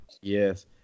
yes